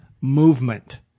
movement